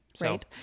right